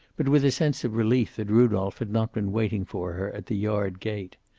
but with a sense of relief that rudolph had not been waiting for her at the yard gate.